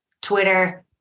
Twitter